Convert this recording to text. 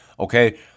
okay